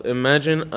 imagine